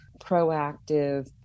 proactive